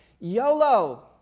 YOLO